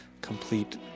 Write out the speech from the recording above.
complete